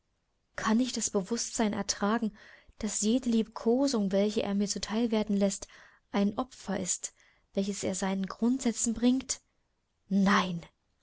kann ich das bewußtsein ertragen daß jede liebkosung welche er mir zu teil werden läßt ein opfer ist welches er seinen grundsätzen bringt nein